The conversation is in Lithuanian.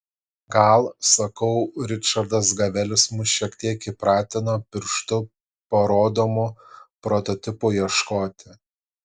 gal sakau ričardas gavelis mus šiek tiek įpratino pirštu parodomų prototipų ieškoti